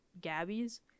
Gabby's